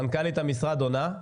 מנכ"לית המשרד עונה.